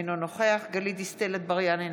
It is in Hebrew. אינו נוכח גלית דיסטל אטבריאן,